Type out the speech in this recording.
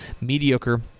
mediocre